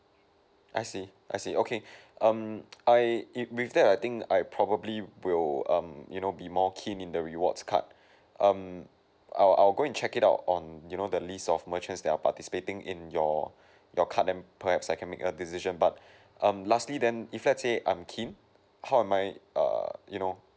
I see I see okay um I with that I think I probably will um you know be more keen in the rewards card um I'll I'll go and check it out on you know the list of merchants that are participating in your your card then perhaps I can make a decision but um lastly then if let's say I'm keen how am I err you know